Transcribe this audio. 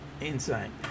insane